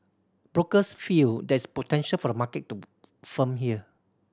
brokers feel there is potential for the market to firm here